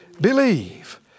believe